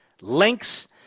links